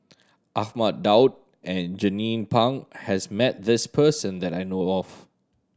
Ahmad Daud and Jernnine Pang has met this person that I know of